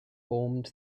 formed